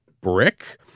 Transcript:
brick